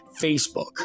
Facebook